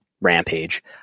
Rampage